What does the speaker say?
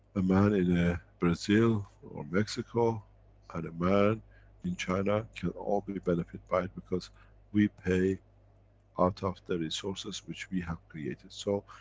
a man in. ah brazil or mexico and, a man in china can all be benefit by it, because we pay out of the resources which we have created. so,